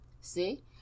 See